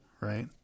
Right